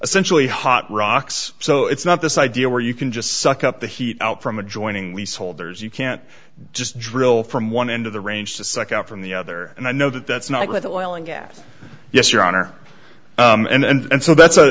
essentially hot rocks so it's not this idea where you can just suck up the heat out from adjoining we soldiers you can't just drill from one end of the range to suck up from the other and i know that that's not with oil and gas yes your honor and so that's